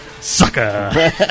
Sucker